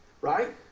right